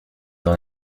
dans